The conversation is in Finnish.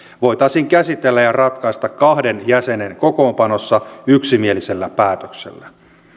voitaisiin käsitellä ja ratkaista kahden jäsenen kokoonpanossa yksimielisellä päätöksellä